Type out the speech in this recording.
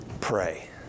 Pray